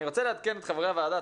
אני רוצה לעדכן את חברי הוועדה.